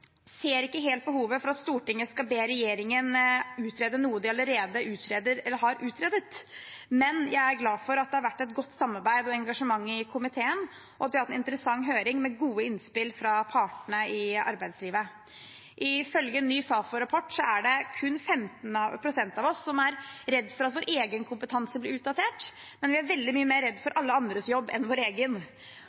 ser ikke helt behovet for at Stortinget skal be regjeringen utrede noe de allerede utreder eller har utredet, men jeg er glad for at det har vært et godt samarbeid og engasjement i komiteen, og at vi har hatt en interessant høring med gode innspill fra partene i arbeidslivet. Ifølge en ny Fafo-rapport er det kun 15 pst. av oss som er redde for at vår egen kompetanse skal bli utdatert, vi er veldig mye reddere for alle andres jobb enn vår egen.